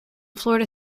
florida